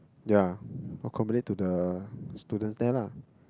yeah accommodate to the students there lah